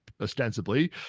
ostensibly